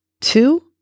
two